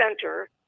center